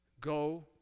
Go